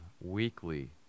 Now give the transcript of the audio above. weekly